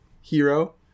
hero